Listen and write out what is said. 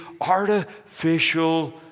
artificial